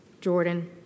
Jordan